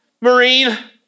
Marine